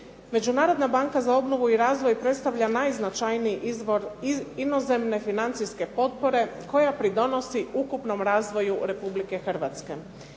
Međunarodna banka za obnovu i razvoj predstavlja najznačajniji izvor inozemne financijske potpore koja pridonosi ukupnom razvoju Republike Hrvatske.